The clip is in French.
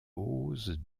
rose